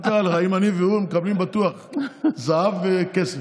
מה קרה לך, אני והוא מקבלים בטוח זהב וכסף.